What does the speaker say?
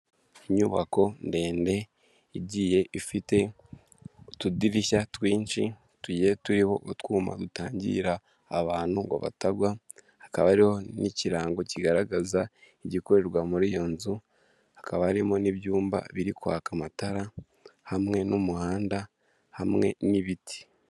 Inyubako ndende igiye ifite utudirishya twinshi tugiye turiho utwuma dutangira abantu ngo batagwa, hakaba ariho n'ikirango kigaragaza igikorerwa muri iyo nzu, hakaba arimo n'ibyumba biri kwaka amatara, hamwe n'umuhanda, hamwe n'ibiti.